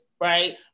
right